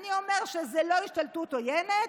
אני אומר שזה לא השתלטות עוינת,